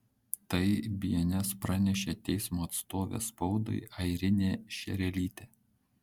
tai bns pranešė teismo atstovė spaudai airinė šerelytė